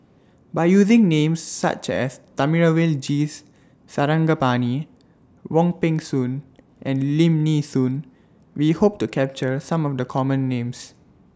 By using Names such as Thamizhavel G Sarangapani Wong Peng Soon and Lim Nee Soon We Hope to capture Some of The Common Names